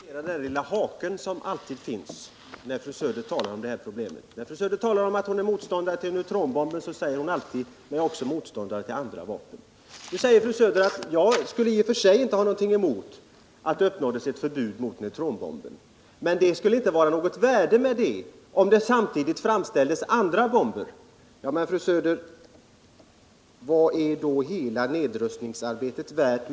Herr talman! Jag måste tyvärr även nu notera den där lilla haken som alltid finns när fru Söder talar om det här problemet. När fru Söder talar om att hon är motståndare till neutronbomben säger hon alltid att hon också är motståndare till andra vapen. Nu säger fru Söder att hon i och för sig inte skulle ha något emot ett förbud mot neutronbomben men att det inte skulle vara något värde med ett sådant förbud, om det samtidigt framställs andra bomber. När man hör den typen av argument, fru Söder, frågar man sig vad hela nedrustningsarbetet är värt.